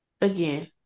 again